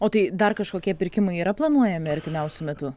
o tai dar kažkokie pirkimai yra planuojami artimiausiu metu